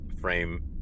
frame